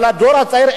אבל הדור הצעיר,